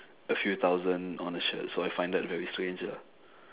a few thousand on the shirt so I find that very strange ah